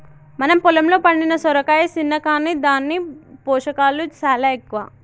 మన పొలంలో పండిన సొరకాయ సిన్న కాని దాని పోషకాలు సాలా ఎక్కువ